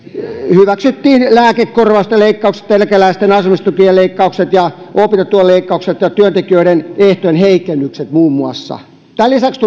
hyväksyttiin lääkekorvausten leikkaukset eläkeläisten asumistukien leikkaukset ja opintotuen leikkaukset ja työntekijöiden ehtojen heikennykset muun muassa tämän lisäksi